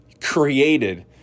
created